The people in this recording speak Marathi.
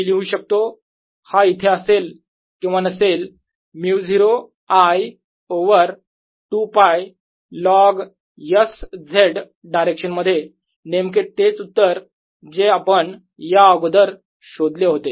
मी लिहू शकतो हा इथे असेल किंवा नसेल μ0 I over 2 π log S Z direction मध्ये नेमके तेच उत्तर जे आपण याअगोदर शोधले होते